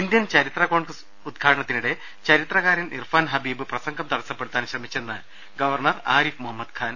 Indian ചരിത്രകോൺഗ്രസ് ഉദ്ഘാടനത്തിനിടെ ചരിത്രകാൻ ഇർഫാൻ ഹബീബ് പ്രസംഗം തടസ്സപ്പെടുത്താൻ ശ്രമിച്ചെന്ന് ഗവർണർ ആരിഫ് മുഹമ്മദ് ഖാൻ